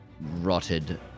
rotted